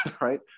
right